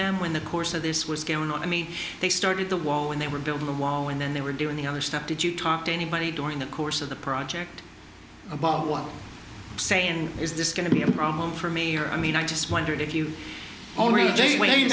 them when the course of this was going on i mean they started the wall when they were building a wall and then they were doing the other step did you talk to anybody during the course of the project about saying is this going to be a problem for me here i mean i just wondered if you